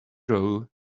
row